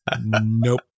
Nope